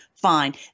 fine